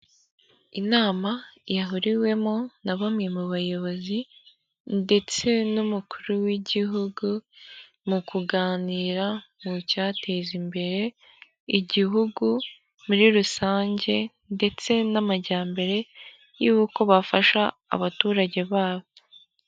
Inama yahuriwemo na bamwe mu bayobozi ndetse n'umukuru w'igihugu, mu kuganira mu cyateza imbere igihugu muri rusange ndetse n'amajyambere y'uko bafasha abaturage babo.